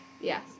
Yes